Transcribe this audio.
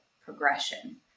progression